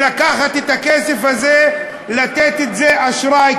לקחת את הכסף הזה ולתת את זה כאשראי,